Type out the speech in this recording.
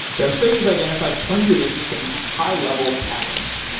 but i'm sure you've identified plenty of interesting high-level patterns.